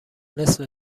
نصف